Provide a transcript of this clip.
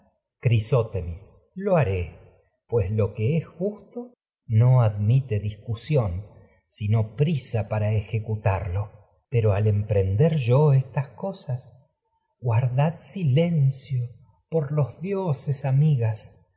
lo crisótemis lo te manda haré pues lo que es justo no admite al empren discusión sino der yo prisa para ejecutarlo pero estas cosas guardad silencio por los dioses ami